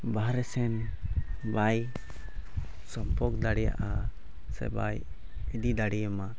ᱵᱟᱦᱨᱮ ᱥᱮᱫ ᱵᱟᱭ ᱥᱚᱢᱯᱚᱠ ᱫᱟᱲᱮᱭᱟᱜᱼᱟ ᱥᱮ ᱵᱟᱭ ᱤᱫᱤ ᱫᱟᱲᱮᱭᱟᱢᱟ